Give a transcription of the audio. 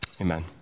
Amen